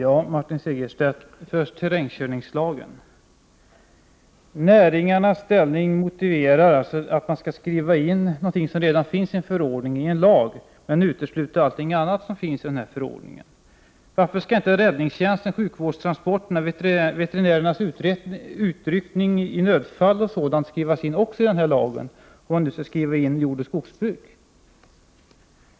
Herr talman! Först terrängkörningslagen, Martin Segerstedt. Näringarnas ställning motiverar alltså att man skall skriva in någonting som redan finns i en förordning i en lag men utesluta allting annat som finns i denna förordning. Varför skall inte räddningstjänsten, sjukvårdstransporter och veterinärernas utryckning i nödfall också skrivas in i lagen, om man nu skall skriva in regler för jordoch skogsbruk?